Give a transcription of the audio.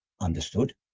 understood